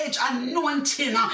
anointing